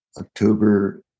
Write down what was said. October